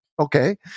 okay